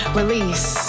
release